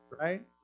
Right